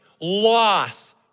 loss